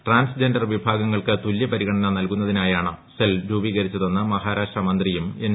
trans gender വിഭാഗങ്ങൾക്ക് തുല്യ പരിഗണന നൽകുന്നതിനായാണ് സെൽ രൂപീകരിച്ചതെന്ന് മഹാരാഷ്ട്ര മന്ത്രിയും എൻ